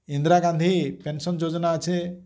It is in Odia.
ଇନ୍ଦିରାଗାନ୍ଧୀ ପେନ୍ସନ୍ ଯୋଜନା ଅଛେ